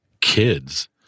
kids